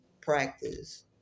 practice